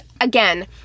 again